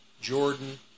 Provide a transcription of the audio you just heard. Jordan